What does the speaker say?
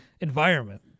environment